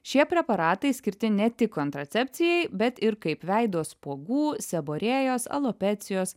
šie preparatai skirti ne tik kontracepcijai bet ir kaip veido spuogų seborėjos alopecijos